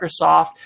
Microsoft